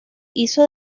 hizo